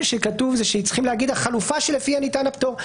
שכתוב זה שצריכים להגיד על חלופה שלפיה ניתן הפטור,